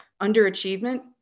underachievement